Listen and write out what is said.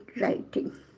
writing